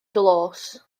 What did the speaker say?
dlos